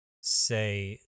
say